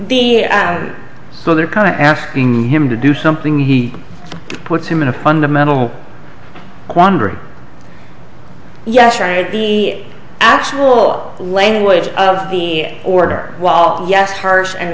the at so they're kind of asking him to do something he puts him in a fundamental quandary yes the actual language of the order walt yes harsh and